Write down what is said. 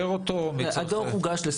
הדוח הוגש למשה כחלון,